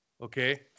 Okay